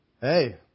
Hey